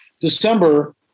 December